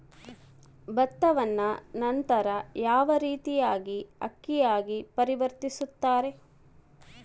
ಭತ್ತವನ್ನ ನಂತರ ಯಾವ ರೇತಿಯಾಗಿ ಅಕ್ಕಿಯಾಗಿ ಪರಿವರ್ತಿಸುತ್ತಾರೆ?